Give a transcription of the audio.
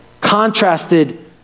contrasted